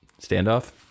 Standoff